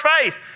faith